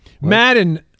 Madden